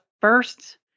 first